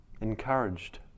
encouraged